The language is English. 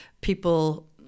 People